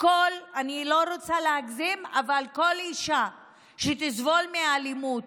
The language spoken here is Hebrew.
אני לא רוצה להגזים, אבל כל אישה שתסבול מאלימות,